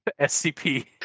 SCP